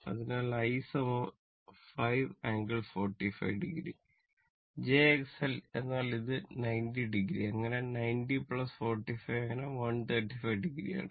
അതിനാൽ I 5 ∟ 45 o j XL എന്നാൽ അത് 90 o അങ്ങനെ 90 45 അങ്ങനെ 135 o ആണ്